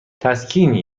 تسکینی